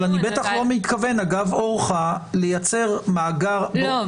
אבל אני בטח לא מתכוון אגב אורחא לייצר מאגר --- לא.